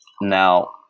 Now